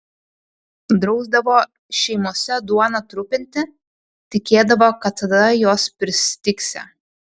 drausdavo šeimose duoną trupinti tikėdavo kad tada jos pristigsią